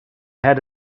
had